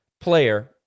player